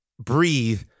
breathe